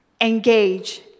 Engage